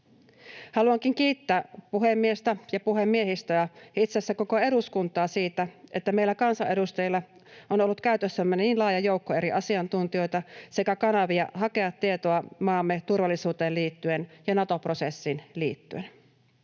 Haluankin kiittää puhemiestä ja puhemiehistöä, itse asiassa koko eduskuntaa siitä, että meillä kansanedustajilla on ollut käytössämme niin laaja joukko eri asiantuntijoita sekä kanavia hakea tietoa maamme turvallisuuteen liittyen ja Nato-prosessiin liittyen.